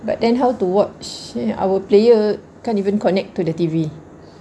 but then how to watch eh our player can't even connect to the T_V